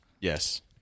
Yes